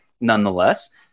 nonetheless